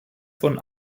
von